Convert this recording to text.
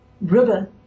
river